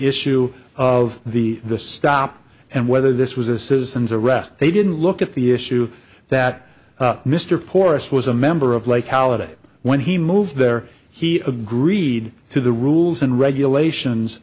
issue of the the stop and whether this was a citizen's arrest they didn't look at the issue that mr porus was a member of like halladay when he moved there he agreed to the rules and regulations